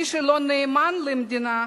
מי שלא נאמן למדינה,